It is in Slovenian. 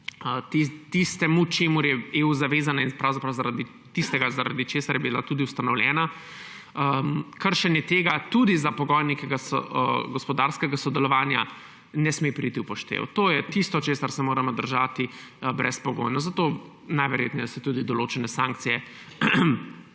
je EU pravzaprav zavezana, tistega, zaradi česar je bila tudi ustanovljena, kršenje tega tudi za pogoj nekega gospodarskega sodelovanja ne sme priti v poštev. To je tisto, česar se moramo držati brezpogojno, zato se najverjetneje tudi določene sankcije